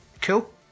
Cool